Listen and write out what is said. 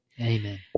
Amen